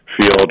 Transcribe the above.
Field